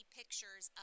pictures